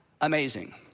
amazing